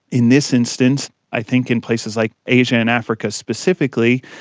in this instance i think in places like asia and africa specifically,